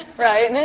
right? and and